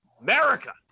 America